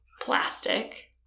plastic